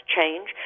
change